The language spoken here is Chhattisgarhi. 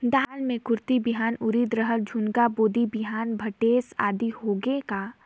दाल मे कुरथी बिहान, उरीद, रहर, झुनगा, बोदी बिहान भटेस आदि होगे का?